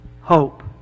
hope